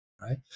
right